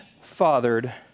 fathered